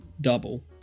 double